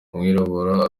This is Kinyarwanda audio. umwirabura